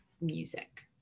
music